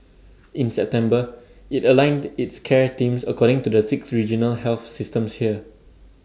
in September IT aligned its care teams according to the six regional health systems here